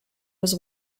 was